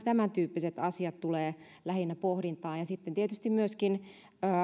tämäntyyppiset asiat tulevat lähinnä pohdintaan ja sitten tietysti myöskin